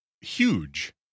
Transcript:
huge